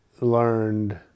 learned